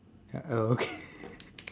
ya uh okay